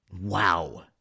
Wow